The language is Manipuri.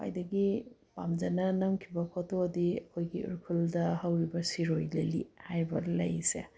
ꯈ꯭ꯋꯥꯏꯗꯒꯤ ꯄꯥꯝꯖꯅ ꯅꯝꯈꯤꯕ ꯐꯣꯇꯣꯗꯤ ꯑꯩꯈꯣꯏꯒꯤ ꯎꯈ꯭ꯔꯨꯜꯗ ꯍꯧꯔꯤꯕ ꯁꯤꯔꯣꯏ ꯂꯤꯂꯤ ꯍꯥꯏꯔꯤꯕ ꯂꯩꯁꯦ